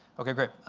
ok, great.